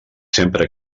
sempre